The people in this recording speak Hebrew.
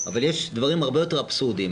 אבל יש דברים הרבה יותר אבסורדיים.